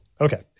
okay